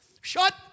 Shut